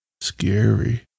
Scary